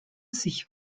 sich